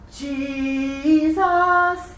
jesus